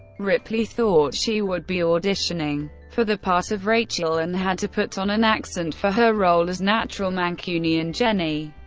ripley thought she would be auditioning for the part of rachel, and had to put on an accent for her role as natural mancunian jenny.